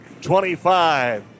25